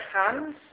hands